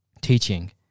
teaching